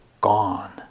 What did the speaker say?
gone